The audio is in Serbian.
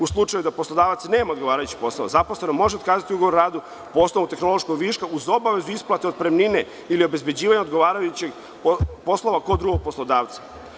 U slučaju da poslodavac nema odgovarajući posao zaposlenom može otkazati ugovor o radu po osnovu tehnološkog viška uz obavezu isplate otpremnine ili obezbeđivanja odgovarajućeg posla kod drugog poslodavca.